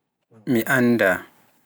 mi annda.